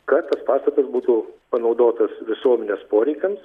kad tas pastatas būtų panaudotas visuomenės poreikiams